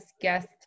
guest